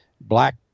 black